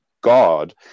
God